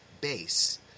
base